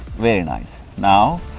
very nice. now,